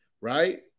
right